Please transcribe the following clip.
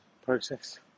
Process